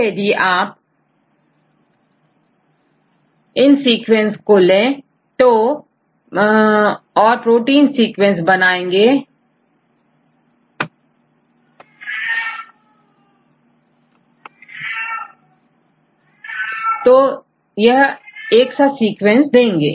तो यदि आप इन सीक्वेंस को ले और प्रोटीन सीक्वेंस बनाएं तो यह एक सा सीक्वेंस देंगे